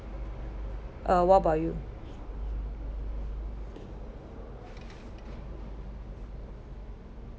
uh what about you